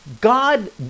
God